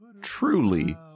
truly